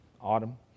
Autumn